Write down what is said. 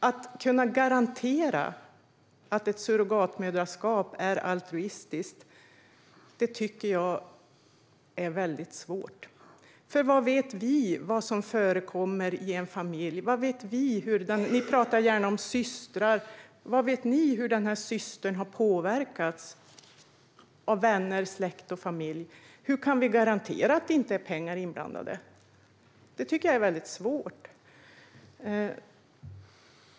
Att kunna garantera att surrogatmoderskap är altruistiskt är svårt. Vad vet vi vad som förekommer i en familj? Ni talar gärna om systrar. Vad vet ni om hur systern har påverkats av vänner, släkt och familj? Hur kan vi garantera att pengar inte är inblandade? Det är svårt.